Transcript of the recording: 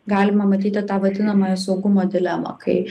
galima matyti tą vadinamąją saugumo dilemą kai